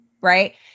right